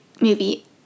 movie